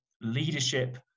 leadership